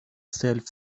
سلف